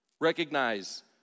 Recognize